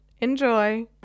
Enjoy